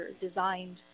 designed